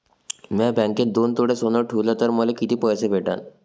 म्या बँकेत दोन तोळे सोनं ठुलं तर मले किती पैसे भेटन